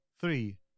three